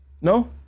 no